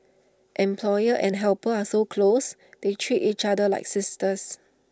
employer and helper are so close they treat each other like sisters